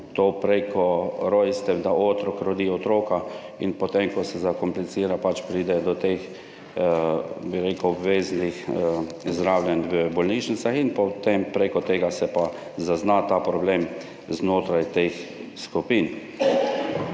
prek rojstev, da otrok rodi otroka, in potem, ko se zakomplicira, pač pride do obveznih zdravljenj v bolnišnicah in se potem prek tega zazna ta problem znotraj teh skupin.